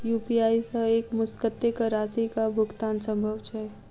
UPI सऽ एक मुस्त कत्तेक राशि कऽ भुगतान सम्भव छई?